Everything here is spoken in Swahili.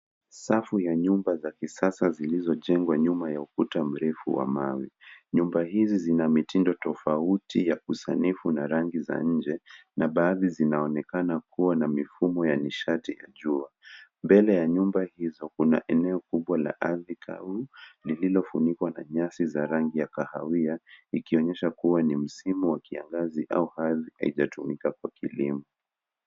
Safu ya nyumba za kisasa zilizojengwa nyuma ya ukuta mrefu wa mawe. Nyumba hizi zina mitindo tofauti ya kusanifu na rangi za nje, na baadhi zinaonekana kuwa na mifumo ya nishati ya jua. Mbele ya nyumba hizo kuna eneo kubwa la ardhi kavu lililofunikwa na nyasi za rangi ya kahawia ikionyesha kuwa ni msimu wa kiangazi au ardhi haijatumika kwa kilimo.